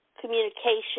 communication